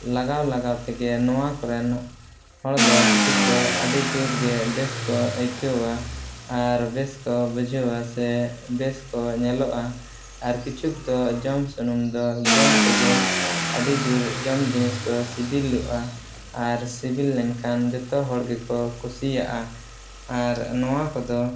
ᱞᱟᱜᱟᱣ ᱞᱟᱜᱟᱣ ᱛᱮᱜᱮ ᱱᱚᱣᱟ ᱠᱚᱨᱮᱱᱟᱜ ᱦᱚᱲ ᱫᱚ ᱠᱤᱪᱷᱩᱠ ᱫᱚ ᱟᱰᱤ ᱡᱳᱨᱜᱮ ᱵᱮᱥ ᱠᱚ ᱟᱹᱭᱠᱟᱹᱣᱟ ᱟᱨ ᱵᱮᱥ ᱠᱚ ᱵᱩᱡᱷᱟᱹᱣᱟ ᱥᱮ ᱵᱮᱥ ᱠᱚ ᱧᱮᱞᱚᱜᱼᱟ ᱟᱨ ᱠᱤᱪᱷᱩ ᱫᱚ ᱡᱚᱢ ᱥᱩᱱᱩᱢ ᱫᱚ ᱡᱚᱢ ᱛᱮᱜᱮ ᱟᱹᱰᱤᱡᱳᱨ ᱡᱚᱢ ᱡᱤᱱᱤᱥ ᱠᱚ ᱥᱤᱵᱤᱞᱚᱜᱼᱟ ᱟᱨ ᱥᱤᱵᱤᱞ ᱞᱮᱱᱠᱷᱟᱱ ᱡᱚᱛᱚ ᱦᱚᱲ ᱜᱮᱠᱚ ᱠᱩᱥᱤᱭᱟᱜᱼᱟ ᱟᱨ ᱱᱚᱣᱟ ᱠᱚᱫᱚ